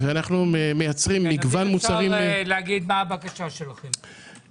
מה הבקשה שלכם?